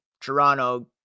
Toronto